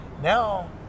Now